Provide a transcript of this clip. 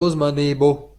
uzmanību